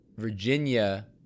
Virginia